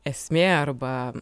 esmė arba